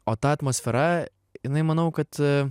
o ta atmosfera jinai manau kad